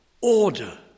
order